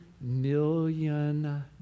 million